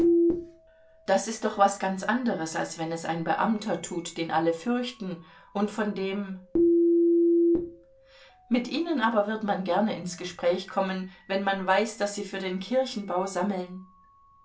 das ist doch was ganz anderes als wenn es ein beamter tut den alle fürchten und von dem mit ihnen aber wird man gerne ins gespräch kommen wenn man weiß daß sie für den kirchenbau sammeln